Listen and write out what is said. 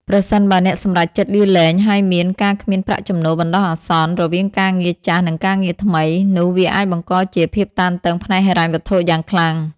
ប្រសិនបើអ្នកសម្រេចចិត្តលាលែង ហើយមាន ការគ្មានប្រាក់ចំណូលបណ្ដោះអាសន្ន រវាងការងារចាស់ និងការងារថ្មី នោះវាអាចបង្កជា ភាពតានតឹងផ្នែកហិរញ្ញវត្ថុ យ៉ាងខ្លាំង។